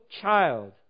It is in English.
child